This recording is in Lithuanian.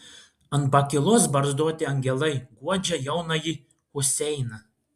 ant pakylos barzdoti angelai guodžia jaunąjį huseiną